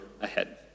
ahead